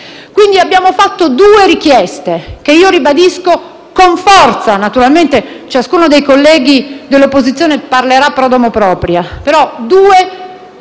quindi fatto due richieste, che io ribadisco con forza. Naturalmente, ciascuno dei colleghi dell'opposizione parlerà *pro domo* propria, ma due sono